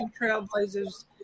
trailblazers